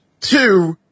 Two